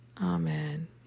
Amen